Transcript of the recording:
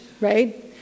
right